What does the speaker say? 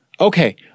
okay